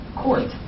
court